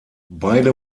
beide